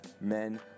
Men